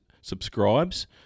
subscribes